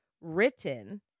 written